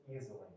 easily